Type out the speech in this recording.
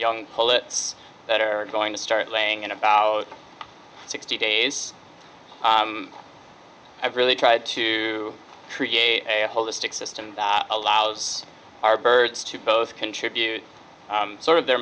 pullets that are going to start laying in about sixty days i've really tried to create a holistic system that allows our birds to both contribute sort of their